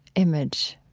image,